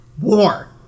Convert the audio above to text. War